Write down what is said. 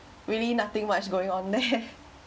really nothing much going on there